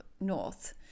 north